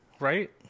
right